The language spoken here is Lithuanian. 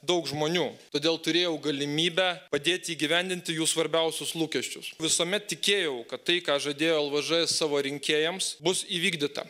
daug žmonių todėl turėjau galimybę padėti įgyvendinti jų svarbiausius lūkesčius visuomet tikėjau kad tai ką žadėjo lvž savo rinkėjams bus įvykdyta